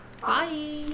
Bye